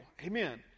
Amen